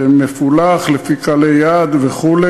מפולח לפי קהלי יעד וכו',